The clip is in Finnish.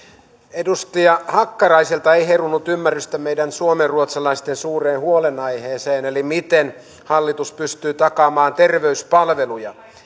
edustaja hakkaraiselta ei herunut ymmärrystä meidän suomenruotsalaisten suureen huolenaiheeseen eli siihen miten hallitus pystyy takaamaan terveyspalveluja